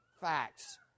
Facts